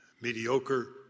mediocre